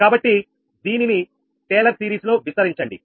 కాబట్టి దీనిని Taylor series లో విస్తరించండి